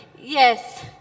yes